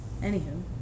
Anywho